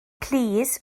plîs